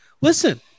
listen